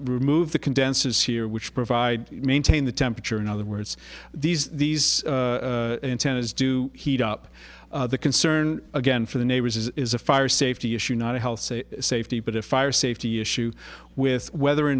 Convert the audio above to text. removed the condenses here which provide maintain the temperature in other words these these ten as do heat up the concern again for the neighbors is a fire safety issue not a health say safety but a fire safety issue with whether or